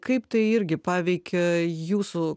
kaip tai irgi paveikė jūsų